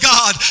God